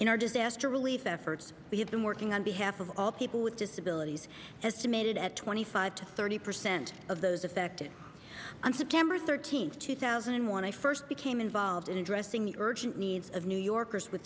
in our disaster relief efforts we have been working on behalf of all people with disabilities has submitted at twenty five to thirty percent of those affected on september thirteenth two thousand when i first became involved in addressing the urgent needs of new yorkers with